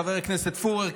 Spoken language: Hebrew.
חבר הכנסת פורר,